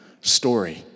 story